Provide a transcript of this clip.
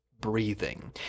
breathing